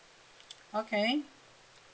okay